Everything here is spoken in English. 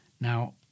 Now